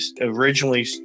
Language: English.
originally